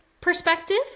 perspective